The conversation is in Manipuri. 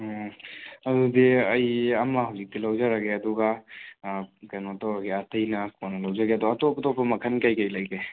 ꯎꯝ ꯑꯗꯨꯗꯤ ꯑꯩ ꯑꯃ ꯍꯧꯖꯤꯛꯇꯤ ꯂꯧꯖꯔꯒꯦ ꯑꯗꯨꯒ ꯀꯩꯅꯣ ꯇꯧꯔꯒꯦ ꯑꯇꯩꯅ ꯀꯣꯟꯅ ꯂꯧꯖꯒꯦ ꯑꯗꯣ ꯑꯇꯣꯞ ꯑꯇꯣꯞꯄ ꯃꯈꯜ ꯀꯩ ꯀꯩ ꯂꯩꯒꯦ